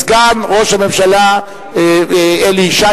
סגן ראש הממשלה אלי ישי,